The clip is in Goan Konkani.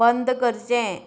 बंद करचें